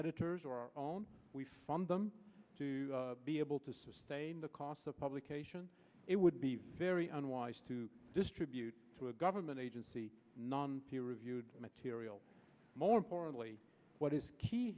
editors or our own we fund them to be able to sustain the cost of publication it would be very unwise to distribute to a government agency non peer reviewed material more importantly what is key